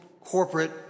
corporate